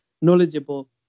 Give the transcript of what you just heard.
knowledgeable